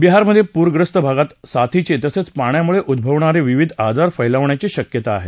बिहारमधे पूरखस्त भागात आता साथीचे तसंच पाण्यामुळे उद्ववणारे विविध आजार फैलावण्याची शक्यता आहे